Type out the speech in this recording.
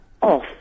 off